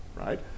right